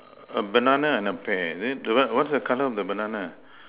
a banana and a pear then the what's the color of the banana